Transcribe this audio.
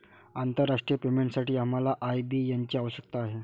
आंतरराष्ट्रीय पेमेंटसाठी आम्हाला आय.बी.एन ची आवश्यकता आहे